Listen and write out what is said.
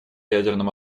ядерном